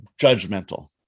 judgmental